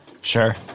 Sure